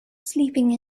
sleeping